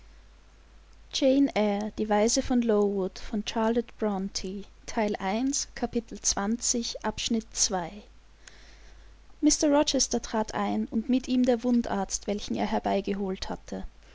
mr rochester trat ein und mit ihm der wundarzt welchen er herbeigeholt hatte